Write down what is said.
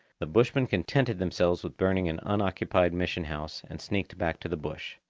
the bushmen contented themselves with burning an unoccupied mission house, and sneaked back to the bush.